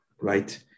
right